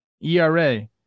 ERA